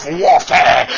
warfare